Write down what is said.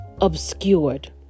obscured